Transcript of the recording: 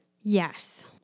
Yes